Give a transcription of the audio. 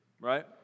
Right